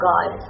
God